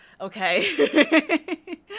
Okay